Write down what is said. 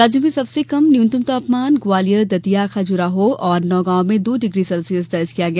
राज्य में सबसे कम न्यूनतम तापमान ग्वालियर दतिया खजुराहो और नौगांव में दो डिग्री सेल्सियस दर्ज किया गया